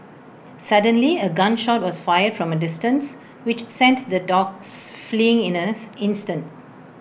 suddenly A gun shot was fired from A distance which sent the dogs fleeing in us instant